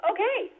Okay